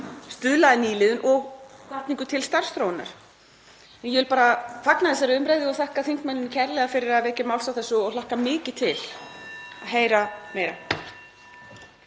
stuðla að nýliðun og hvatningu til starfsþróunar. Ég vil bara fagna þessari umræðu og þakka þingmanninum kærlega fyrir að vekja máls á þessu og hlakka mikið til að heyra meira.